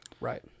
Right